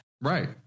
Right